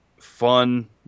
fun